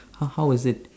how how is it